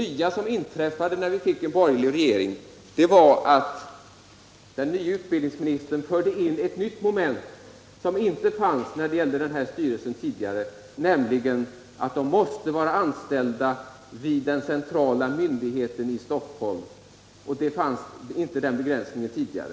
Det som inträffade när vi fick en borgerlig regering var att den nye utbildningsministern förde in ett nytt moment när det gällde styrelsen, nämligen att personalrepresentanterna måste vara anställda vid den centrala myndigheten i Stockholm. Den begränsningen fanns inte tidigare.